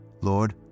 Lord